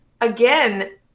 again